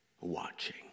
watching